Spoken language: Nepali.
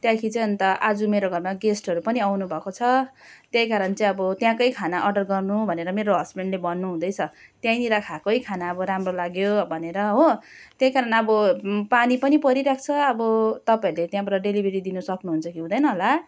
त्यहाँदेखिको चाहिँ अन्त आज मेरो घरमा गेस्टहरू पनि आउनु भएको छ त्यहीँ कारण चाहिँ अब त्यहाँकै खाना अर्डर गर्नु भनेर मेरो हस्बेन्डले भन्नु हुँदैछ त्यहीँनिरै खाएकै खाना अब राम्रो लाग्यो भनेर हो त्यही कारण अब पानी पनि परिरहेको छ अब तपाईँहरूले त्यहाँबाट डेलिभरी दिनु सक्नु हुन्छ कि हुँदैन होला